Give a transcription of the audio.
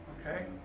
Okay